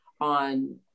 on